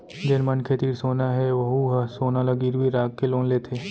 जेन मनखे तीर सोना हे वहूँ ह सोना ल गिरवी राखके लोन लेथे